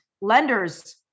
Lenders